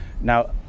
Now